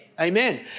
Amen